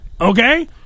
Okay